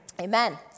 amen